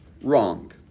wrong